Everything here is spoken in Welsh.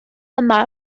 yma